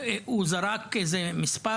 הוא זרק איזה מספר,